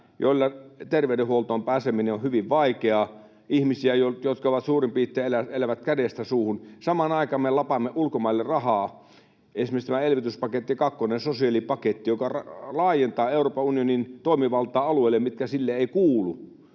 joilla terveydenhuoltoon pääseminen on hyvin vaikeaa, ihmisiä, jotka suurin piirtein elävät kädestä suuhun. Samaan aikaan me lapamme ulkomaille rahaa. Esimerkiksi tämä elvytyspaketti kakkonen, sosiaalipaketti, laajentaa Euroopan unionin toimivaltaa alueille, mitkä sille eivät kuulu.